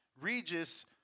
Regis